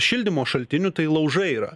šildymo šaltinių tai laužai yra